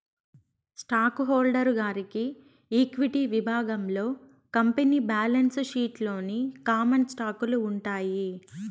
stock holder గారి equity విభాగంలో company balance sheet లోని కామన్ స్టాకులు ఉంటాయి